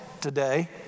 today